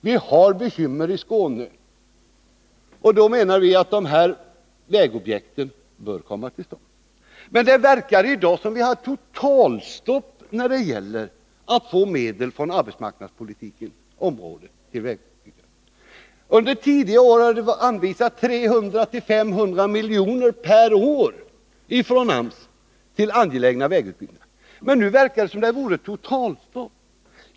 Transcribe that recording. Vi har också bekymmer i Skåne. Då menar vi socialdemokrater att de föreslagna vägobjekten bör komma till stånd. Men det verkar vara totalstopp när det gäller att få medel överförda från arbetsmarknadspolitikens område till vägområdet. Under tidigare år har anvisats 300-500 milj.kr. per år från AMS till angelägna vägobjekt. Men nu verkar det, som sagt, vara totalstopp.